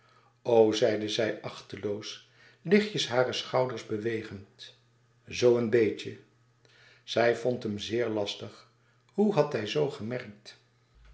zeide zij achteloos lichtjes hare schouders bewegend zoo een beetje zij vond hem zeer lastig hoe had hij zoo gemerkt